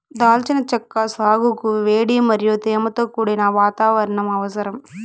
దాల్చిన చెక్క సాగుకు వేడి మరియు తేమతో కూడిన వాతావరణం అవసరం